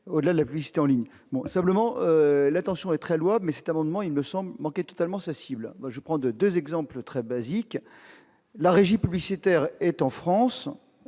au-delà de la publicité en ligne, simplement, la tension est très louable mais cette amendement, il ne semble manquer totalement sa cible, moi je prends 2 2 exemples très basique, la régie publicitaire est en France